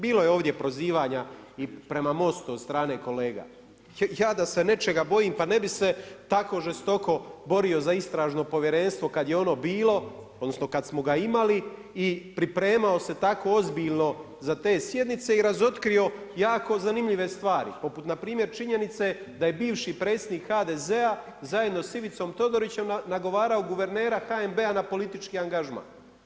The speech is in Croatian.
Bilo je ovdje prozivanja i prema MOST-u od strane kolega, ja da se nečega bojim pa ne bi se tako žestoko borio za istražno povjerenstvo kad je ono bilo, odnosno kad smo ga imali i pripremao se tako ozbiljno za te sjednice i razotkrio jako zanimljive stvari poput npr. činjenice da je bivši predsjednik HDZ-a zajedno s Ivicom Todorićem nagovarao guvernera HNB-a na politički angažman.